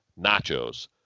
nachos